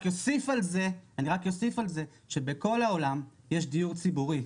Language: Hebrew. אוסיף על זה שבכל העולם יש דיור ציבורי.